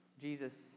Jesus